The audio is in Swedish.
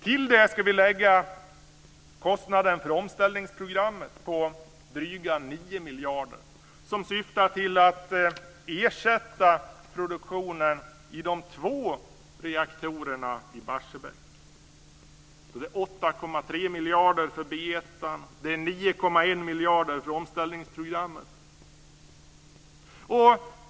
Till det ska vi lägga kostnaden för omställningsprogrammet på dryga 9 miljarder, som syftar till att ersätta produktionen i de två reaktorerna i Barsebäck. Då är det 8,3 miljarder för B 1:an. Det är 9,1 miljarder för omställningsprogrammet.